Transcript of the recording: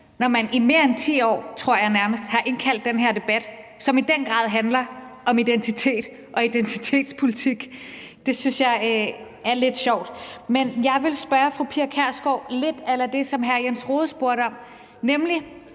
når man i mere end 10 år, tror jeg nærmest det er, har indkaldt til den her debat, som i den grad handler om identitet og identitetspolitik. Det synes jeg er lidt sjovt. Men jeg vil spørge fru Pia Kjærsgaard om noget, der er lidt a la det, som hr. Jens Rohde spurgte om. Fru